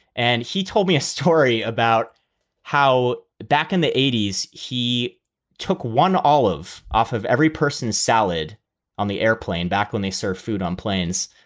and he told me a story about how back in the eighty s he took one olive off of every person's salad on the airplane, back when they serve food on planes.